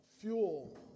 Fuel